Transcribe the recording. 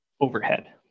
overhead